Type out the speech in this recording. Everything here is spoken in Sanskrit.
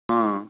हा